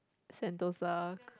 sentosa